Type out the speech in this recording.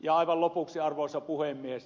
aivan lopuksi arvoisa puhemies